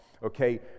Okay